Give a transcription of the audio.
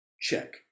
check